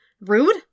Rude